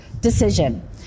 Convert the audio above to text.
decision